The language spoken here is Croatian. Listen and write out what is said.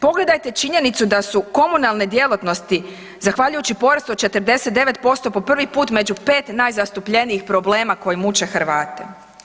Pogledajte činjenicu da su komunalne djelatnosti zahvaljujući porastu od 49% po prvi put među 5 najzastupljenijih problema koji muče Hrvate.